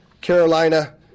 Carolina